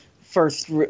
first